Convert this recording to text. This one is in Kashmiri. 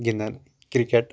گنٛدان کِرکٹ